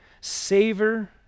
Savor